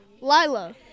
Lila